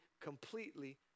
completely